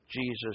Jesus